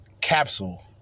Capsule